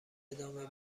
ادامه